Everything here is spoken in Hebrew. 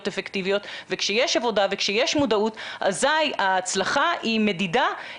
אפקטיביות וכשיש עבודה וכשיש מודעות אזי ההצלחה היא מדידה,